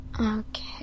Okay